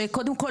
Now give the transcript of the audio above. שקודם כל,